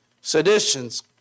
seditions